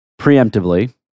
preemptively